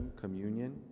communion